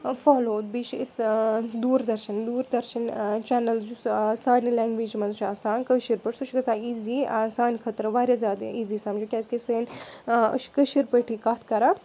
follow بیٚیہِ چھِ أسۍ دوٗردرشَن دوٗر دَرشَن چَنَل یُس سانہِ لینٛگویجہِ مَنٛز چھُ آسان کٲشِر پٲٹھۍ سُہ چھُ گَژھان ایٖزی سانہِ خٲطرٕ وارِیاہ زیادٕ ایٖزی سَمجو کیٛازِکہِ سٲنۍ أسۍ چھِ کٲشِر پٲٹھی کَتھ کَران